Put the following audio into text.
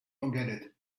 forget